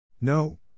No